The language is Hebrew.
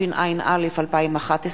התשע"א 2011,